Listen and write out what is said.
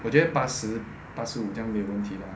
我觉得八十八十五这样没问题吧